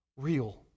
Real